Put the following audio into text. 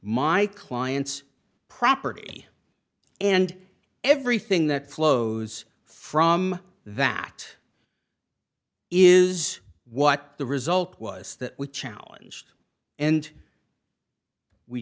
my client's property and everything that flows from that is what the result was that would challenge and we